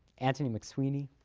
anthony macsweeney,